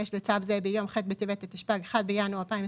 לצו זה ביום ח' בטבת התשפ"ג (1 בינואר 2023)